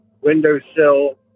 windowsill